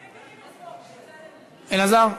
אלעזר.